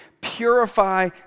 purify